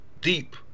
deep